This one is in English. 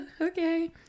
okay